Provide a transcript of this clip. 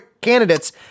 candidates